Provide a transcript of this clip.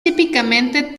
típicamente